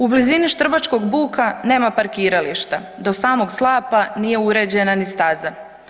U blizini Štrbačkog buka nema parkirališta, do samog slapa nije uređena ni staza.